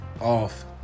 off